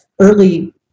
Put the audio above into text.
early